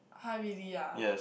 [huh] really ah